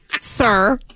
sir